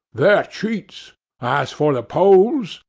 they're cheats as for the poles,